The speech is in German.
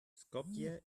skopje